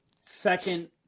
second